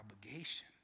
obligation